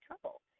trouble